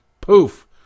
poof